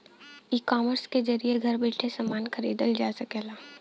ecommerce के जरिये घर बैइठे समान खरीदल जा सकला